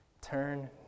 turn